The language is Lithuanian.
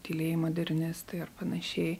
tylieji modernistai ar panašiai